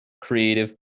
creative